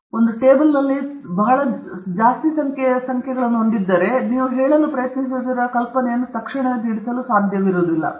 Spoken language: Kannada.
ಆದ್ದರಿಂದ ನೀವು ಒಂದು ಟೇಬಲ್ನಲ್ಲಿ ಸಾಕಷ್ಟು ಸಂಖ್ಯೆಯ ಸಂಖ್ಯೆಗಳನ್ನು ಹೊಂದಿದ್ದರೆ ಕೆಲವೊಮ್ಮೆ ನೀವು ಹೇಳಲು ಪ್ರಯತ್ನಿಸುತ್ತಿರುವ ಕಲ್ಪನೆಯನ್ನು ತಕ್ಷಣವೇ ತಿಳಿಸುವುದಿಲ್ಲ